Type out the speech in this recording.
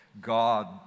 God